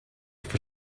for